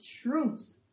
truth